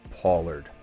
Pollard